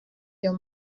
your